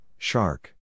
Shark